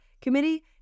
committee